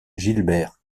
gilbert